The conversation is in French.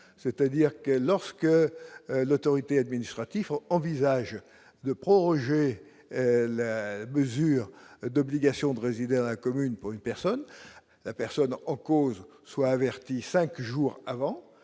c'est-à-dire que lorsque l'Autorité administratif de proroger la mesure d'obligation de résider dans la commune pour une personne, la personne en cause soit averti, 5 jours avant